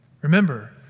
Remember